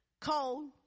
Cold